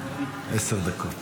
עשר דקות.